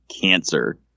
cancer